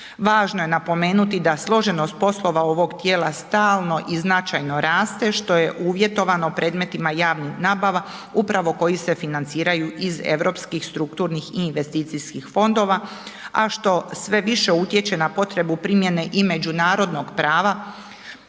Važno je napomenuti da složenost poslova ovog tijela stalno i značajno raste što je uvjetovano predmetima javnih nabava upravo koji se financiraju iz europskih strukturnih i investicijskih fondova, a što sve više utječe na potrebu primjene i međunarodnog prava